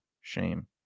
Shame